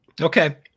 Okay